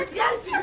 yes!